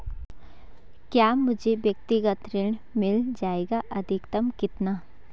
क्या मुझे व्यक्तिगत ऋण मिल जायेगा अधिकतम कितना?